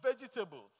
vegetables